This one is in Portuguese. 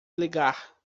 ligar